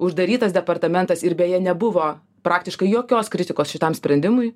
uždarytas departamentas ir beje nebuvo praktiškai jokios kritikos šitam sprendimui